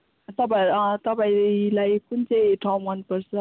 तपाईँ अँ तपाईँलाई कुन चाहिँ ठाउँ मनपर्छ